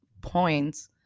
points